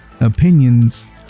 opinions